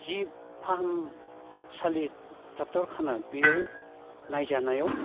जि फाहामसालि ड'क्टरखाना बेयाव नायजानायाव